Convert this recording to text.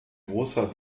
großer